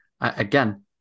again